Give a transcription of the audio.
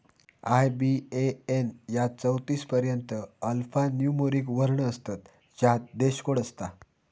IBAN यात चौतीस पर्यंत अल्फान्यूमोरिक वर्ण असतत ज्यात देश कोड असता